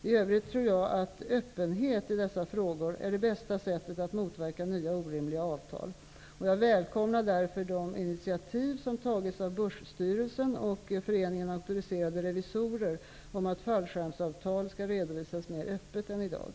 I övrigt tror jag att öppenhet i dessa frågor är det bästa sättet att motverka nya orimliga avtal. Jag välkomnar därför de initiativ som tagits av Börsstyrelsen och Föreningen Auktoriserade Revisorer om att fallskärmsavtal skall redovisas mer öppet än i dag.